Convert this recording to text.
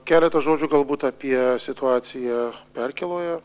keletą žodžių galbūt apie situaciją perkėloje